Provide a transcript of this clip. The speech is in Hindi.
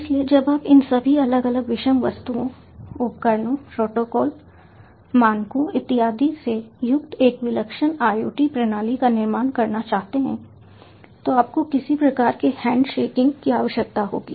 इसलिए जब आप इन सभी अलग अलग विषम वस्तुओं उपकरणों प्रोटोकॉल मानकों इत्यादि से युक्त एक विलक्षण IoT प्रणाली का निर्माण करना चाहते हैं तो आपको किसी प्रकार के हैंडशेकिंग की आवश्यकता होगी